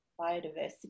biodiversity